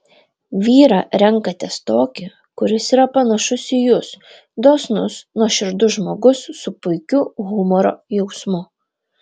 vyrą renkatės tokį kuris yra panašus į jus dosnus nuoširdus žmogus su puikiu humoro jausmu